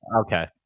Okay